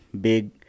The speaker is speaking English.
big